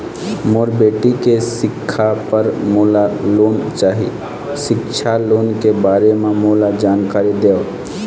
मोर बेटी के सिक्छा पर मोला लोन चाही सिक्छा लोन के बारे म मोला जानकारी देव?